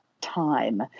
time